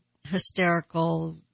hysterical